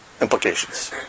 implications